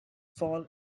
fall